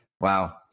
Wow